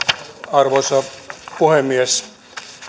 arvoisa puhemies